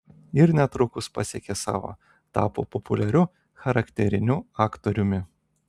ir netrukus pasiekė savo tapo populiariu charakteriniu aktoriumi